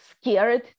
scared